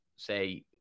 say